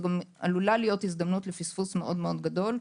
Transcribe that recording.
גם עלולה להיות הזדמנות לפספוס מאוד גדול,